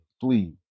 Please